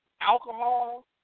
alcohol